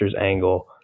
angle